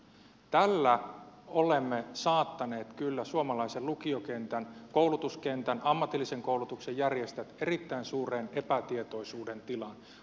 tällä olemme saattaneet kyllä suomalaisen lukiokentän koulutuskentän ammatillisen koulutuksen järjestäjät erittäin suureen epätietoisuuden tilaan